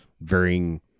varying